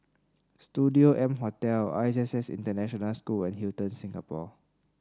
Studio M Hotel I S S International School and Hilton Singapore